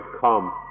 come